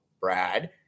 Brad